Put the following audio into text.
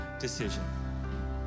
decision